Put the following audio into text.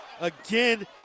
Again